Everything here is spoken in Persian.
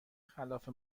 خلاف